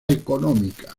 económica